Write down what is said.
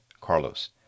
Carlos